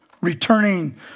Returning